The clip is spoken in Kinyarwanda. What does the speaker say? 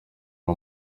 uyo